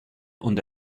und